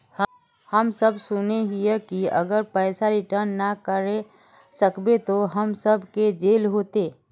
हम सब सुनैय हिये की अगर पैसा रिटर्न ना करे सकबे तो हम सब के जेल होते?